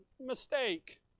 mistake